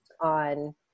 on